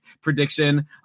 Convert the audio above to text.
prediction